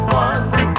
one